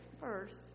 first